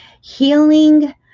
healing